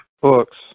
books